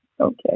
Okay